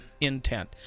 intent